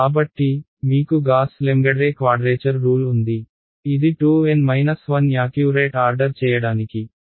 కాబట్టి మీకు Gauss Legendre quadrature rule ఉంది ఇది 2 N 1 యాక్యూరేట్ ఆర్డర్ చేయడానికి